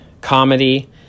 comedy